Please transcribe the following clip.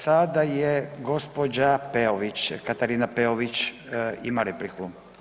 Sada je gospođa Peović, Katarina Peović ima repliku.